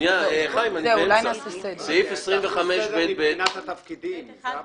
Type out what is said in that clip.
זו ההמלצה לתת את